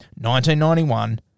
1991